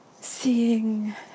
seeing